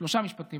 שלושה משפטים,